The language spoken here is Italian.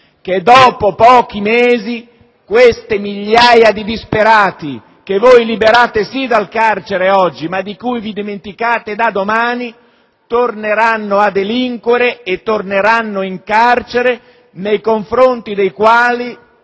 che dopo pochi mesi queste migliaia di disperati, che voi liberate sì dal carcere oggi, ma di cui vi dimenticate da domani, torneranno a delinquere e quindi in carcere. Nei loro confronti, tra